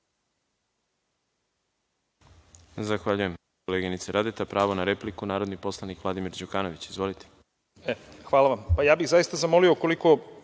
Zahvaljujem, koleginice Radeta. Pravo na repliku narodni poslanik Vladimir Đukanović. Izvolite.